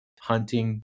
hunting